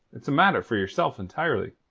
it's a matter for yourself entirely.